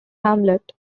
hamlet